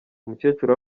umukecuru